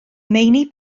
meini